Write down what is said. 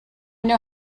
know